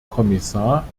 kommissar